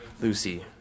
Lucy